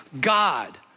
God